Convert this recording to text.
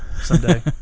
someday